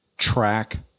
track